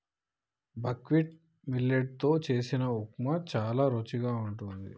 buckwheat millet తో చేసిన ఉప్మా చానా రుచిగా వున్నది